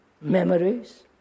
memories